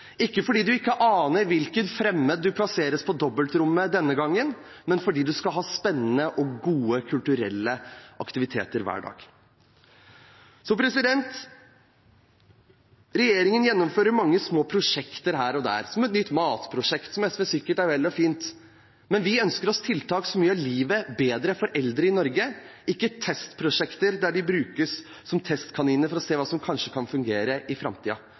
ikke fordi man ikke aner hvilken fremmed man plasseres på dobbeltrom med denne gangen, men fordi man skal ha spennende og gode kulturelle aktiviteter hver dag. Regjeringen gjennomfører mange små prosjekter her og der, som et nytt matprosjekt, som i seg selv sikkert er fint, men vi ønsker oss tiltak som gjør livet bedre for eldre i Norge, ikke testprosjekter der de brukes som testkaniner for å se hva som kanskje kan fungere i